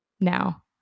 now